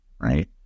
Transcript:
right